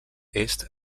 est